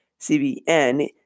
CBN